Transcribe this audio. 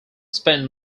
spent